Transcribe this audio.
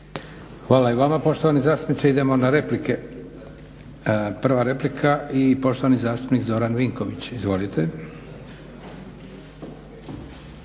Hvala i vama poštovani zastupniče. Idemo na replike. Prva replika i poštovani zastupnik Zoran Vinković. Izvolite.